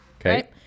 Okay